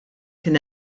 kien